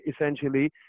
essentially